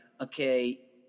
okay